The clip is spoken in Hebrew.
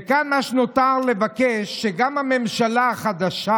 וכאן מה שנותר לבקש הוא שגם הממשלה החדשה